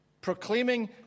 proclaiming